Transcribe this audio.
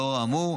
לאור האמור,